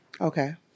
Okay